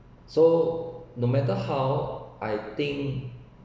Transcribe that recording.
so no matter how I think